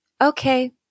Okay